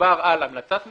מדובר על המלצת ממונה,